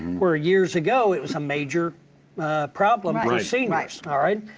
where years ago it was a major problem for seniors. alright?